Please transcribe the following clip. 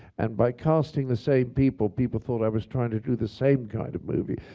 and by casting the same people, people thought i was trying to do the same kind of movie.